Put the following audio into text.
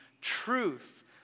truth